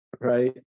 right